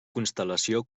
constel·lació